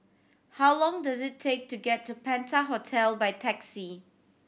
how long does it take to get to Penta Hotel by taxi